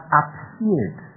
appeared